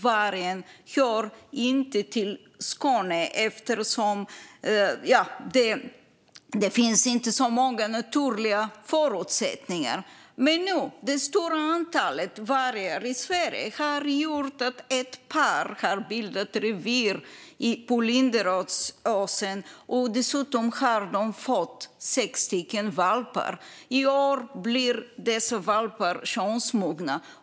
Vargen hör inte till Skåne eftersom det inte finns så många naturliga förutsättningar för den där. Men det stora antalet vargar i Sverige har gjort att ett par har bildat revir på Linderödsåsen. Dessutom har de fått sex valpar. I år blir dessa valpar könsmogna.